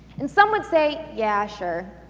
and some would say, yeah, sure.